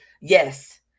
yes